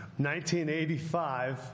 1985